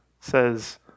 says